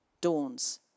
dawns